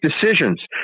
decisions